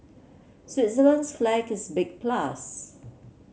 Switzerland's flag is big plus